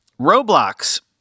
Roblox